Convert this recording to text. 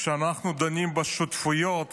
שאנחנו דנים בשותפויות